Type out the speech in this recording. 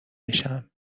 میشم